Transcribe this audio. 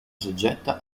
soggetta